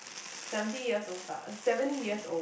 seventy years old lah seventy years old